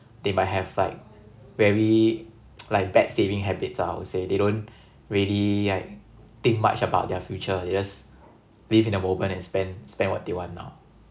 they might have like very like bad saving habits ah I would say they don't really like think much about their future they just live in the moment and spend spend what they want now